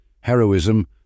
Heroism